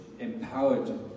empowered